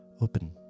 open